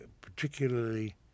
particularly